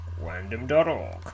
random.org